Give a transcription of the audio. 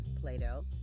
Play-Doh